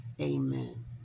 Amen